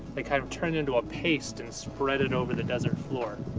they kind of turn into a paste and spread it over the desert floor.